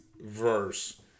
verse